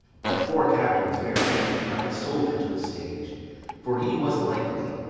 let four captains bear hamlet like a soldier to the stage for he was likely,